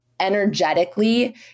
energetically